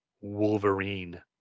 Wolverine